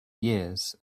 years